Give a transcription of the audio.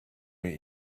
eat